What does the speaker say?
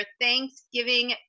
Thanksgiving